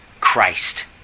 Christ